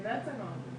רק אחר כך אתם תצאו איתם.